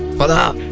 but